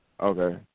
Okay